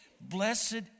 Blessed